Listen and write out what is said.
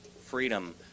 freedom